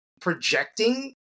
projecting